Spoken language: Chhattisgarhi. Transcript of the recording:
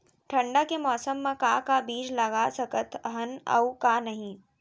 ठंडा के मौसम मा का का बीज लगा सकत हन अऊ का नही?